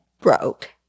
broke